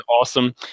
Awesome